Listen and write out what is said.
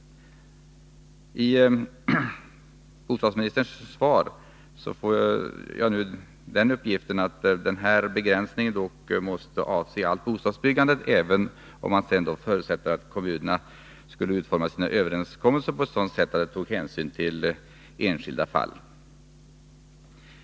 I bostadsministerns svar får jag nu uppgiften att denna begränsning dock måste avse allt bostadsbyggande, även om man förutsätter att kommunerna skulle utforma sina överenskommelser på ett sådant sätt att de tog hänsyn till enskilda fall.